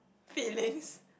feelings